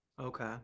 Okay